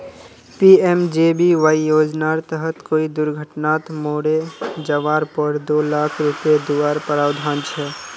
PMJBY योज्नार तहत कोए दुर्घत्नात मोरे जवार पोर दो लाख रुपये दुआर प्रावधान छे